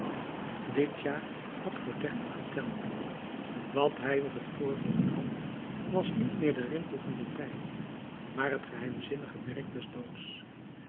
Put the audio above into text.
dit jaar had voor dertig geteld wat hij op het voorhoofd had was niet meer de rimpel van den tijd maar het geheimzinnige merk